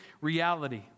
reality